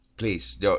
Please